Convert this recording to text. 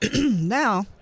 now